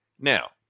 now